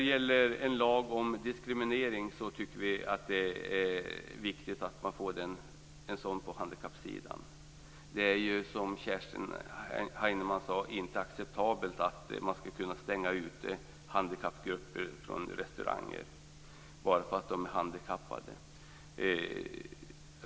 Det är viktigt att man får en lag mot diskriminering av handikappade. Som Kerstin Heinemann sade är det inte acceptabelt att man skall kunna stänga ute handikappgrupper från restauranger bara för att de är handikappade.